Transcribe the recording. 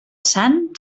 sant